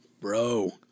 bro